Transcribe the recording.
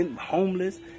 homeless